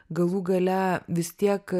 galų gale vis tiek